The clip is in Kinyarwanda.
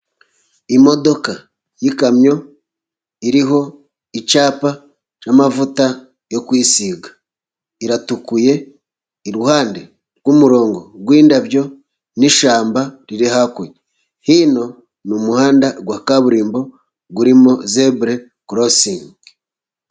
Imodoka y'ikamyo iriho icyapa cy'amavuta yo kwisiga . Iratukuye iruhande rw'umurongo w'indabyo n'ishyamba riri hakurya , hino ni umuhanda wa kaburimbo urimo zebure korosingi.